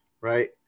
right